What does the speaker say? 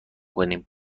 کنیم